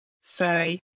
say